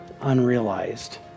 unrealized